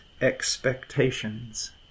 expectations